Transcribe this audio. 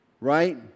Right